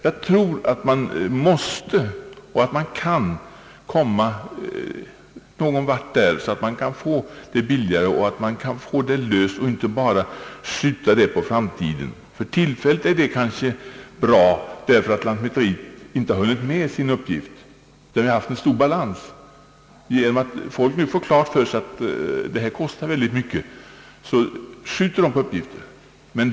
Jag tror att man måste och kan förbilliga detta och inte bara får skjuta avgörandena på framtiden. För tillfället har lantmäteriet för stor arbetsbalans och hinner inte med uppgiften, men allmänheten har fått klart för sig att allt sådant här kostar mycket pengar, och därför skjuter man det på framtiden.